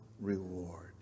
reward